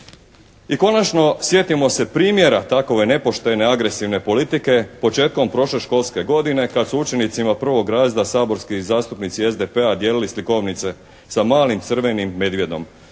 I konačno, sjetimo se primjera takove nepoštene agresivne politike početkom prošle školske godine kad su učenicima prvog razreda saborski zastupnici SDP-a dijelili slikovnice sa malim crvenim medvjedom.